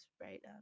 right